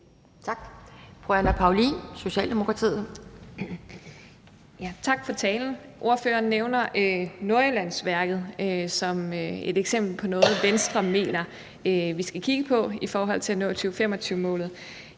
Kl. 12:21 Anne Paulin (S): Tak for talen. Ordføreren nævner Nordjyllandsværket som et eksempel på noget, Venstre mener vi skal kigge på i forhold til at nå 2025-målet.